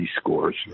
scores